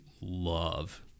love